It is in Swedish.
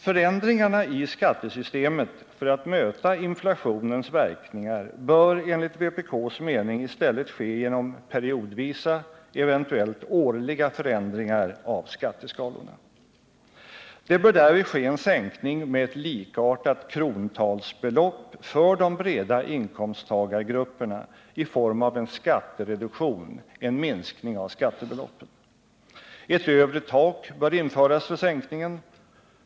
Förändringarna i skattesystemet för att möta inflationens verkningar bör enligt vpk:s mening i stället ske genom periodvisa, eventuellt årliga, förändringar av skatteskalorna. Det bör därvid ske en sänkning med ett likartat krontalsbelopp för de breda inkomsttagargrupperna i form av en skattereduktion, en minskning av skattebeloppet. Ett övre tak bör införas för sänkningen.